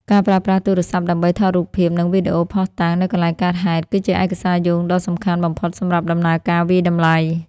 ការប្រើប្រាស់ទូរស័ព្ទដើម្បី ថតរូបភាព និងវីដេអូភស្តុតាង នៅកន្លែងកើតហេតុ គឺជាឯកសារយោងដ៏សំខាន់បំផុតសម្រាប់ដំណើរការវាយតម្លៃ។